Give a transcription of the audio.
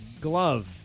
glove